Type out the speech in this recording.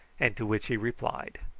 and to which he replied.